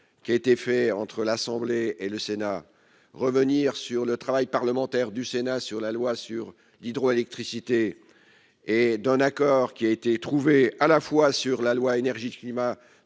qui a été fait entre l'Assemblée et le Sénat, revenir sur le travail parlementaire du Sénat sur la loi sur l'hydroélectricité et d'un accord qui a été trouvé à la fois sur la loi énergie-climat